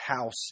house